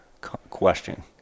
Question